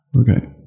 Okay